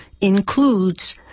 includes